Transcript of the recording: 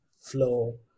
flow